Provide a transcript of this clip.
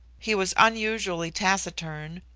he was unusually taciturn,